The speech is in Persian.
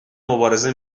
مبارزه